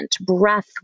breath